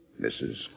Mrs